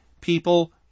people